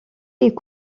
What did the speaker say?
est